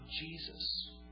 Jesus